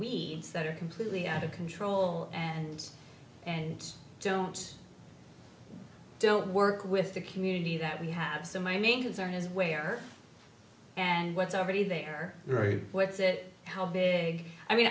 we that are completely out of control and and don't i don't work with the community that we have so my main concern is where and what's already there very what's it how big i mean